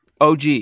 OG